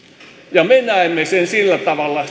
ja me sosialidemokraatit näemme sen sillä tavalla